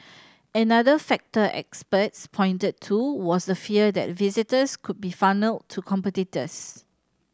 another factor experts pointed to was the fear that visitors could be funnelled to competitors